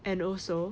and also